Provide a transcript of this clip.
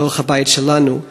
בתוך הבית שלנו,